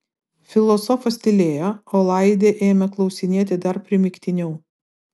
filosofas tylėjo o laidė ėmė klausinėti dar primygtiniau